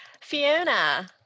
Fiona